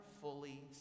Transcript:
fully